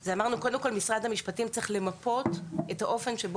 זה שמשרד המשפטים צריך למפות את האופן שבו